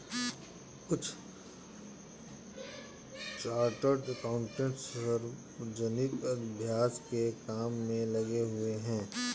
कुछ chartered accountant सार्वजनिक अभ्यास के काम में लगे हुए हैं